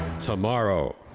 Tomorrow